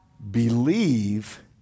believe